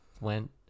went